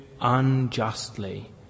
unjustly